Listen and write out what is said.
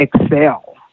excel